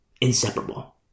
inseparable